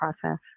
process